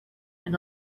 and